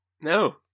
No